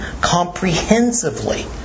comprehensively